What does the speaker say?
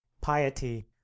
piety